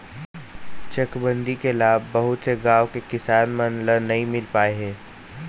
चकबंदी के लाभ बहुत से गाँव के किसान मन ल नइ मिल पाए हे